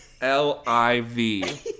L-I-V